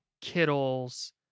kittles